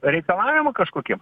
reikalavimam kažkokiem